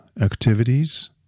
activities